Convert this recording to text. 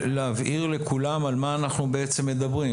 להבהיר לכולם על מה אנחנו מדברים.